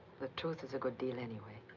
the truth is a good deal, anyway.